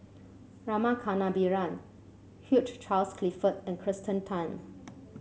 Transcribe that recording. Rama Kannabiran Hugh Charles Clifford and Kirsten Tan